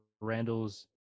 randall's